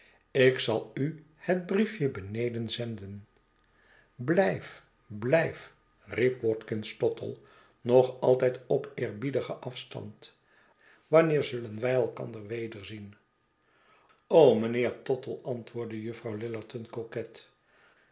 ik zal u het briefje beneden zenden blijf blijf riep watkins tottle nog altijd op eerbiedigen afstand wanneer zullen wij elkander wederzien mijnheer tottle antwoordde juffrouw lillerton